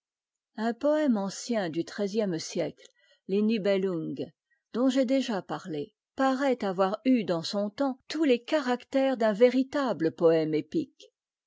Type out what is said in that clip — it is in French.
un poëme ancien du treizième siècle les v e elungs dont j'ai déjà parlé paraît avoir eu dans son temps tous les caractères d'un véritable poëme épique